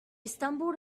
stumbled